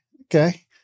Okay